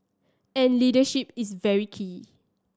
and leadership is very key